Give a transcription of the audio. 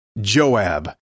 Joab